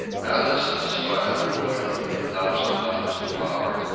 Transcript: matthewson's sled, loaded with a thousand pounds of flour,